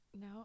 no